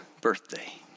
birthday